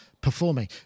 performing